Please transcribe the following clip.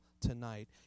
tonight